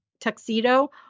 Tuxedo